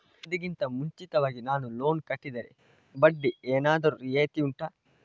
ಅವಧಿ ಗಿಂತ ಮುಂಚಿತವಾಗಿ ನಾನು ಲೋನ್ ಕಟ್ಟಿದರೆ ಬಡ್ಡಿ ಏನಾದರೂ ರಿಯಾಯಿತಿ ಉಂಟಾ